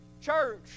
Church